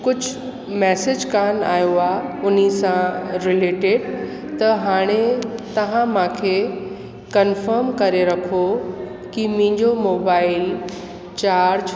कुझु मैसिज कान आयो आहे उन्ही सां रिलेटिड त हाणे तव्हां मूंखे कंफम करे रखो की मुंहिंजो मोबाइल चार्ज